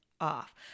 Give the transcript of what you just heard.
off